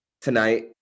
tonight